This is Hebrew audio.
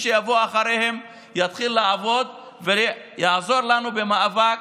שיבוא אחריהם יתחיל לעבוד ויעזור לנו במאבק